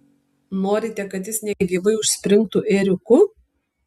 norite kad jis negyvai užspringtų ėriuku